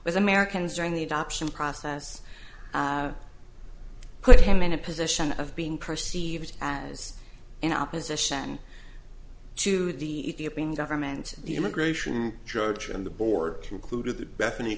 with americans during the adoption process put him in a position of being perceived as in opposition to the government the immigration judge and the board concluded that bethany